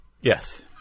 Yes